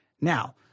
Now